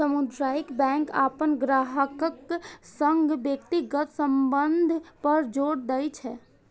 सामुदायिक बैंक अपन ग्राहकक संग व्यक्तिगत संबंध पर जोर दै छै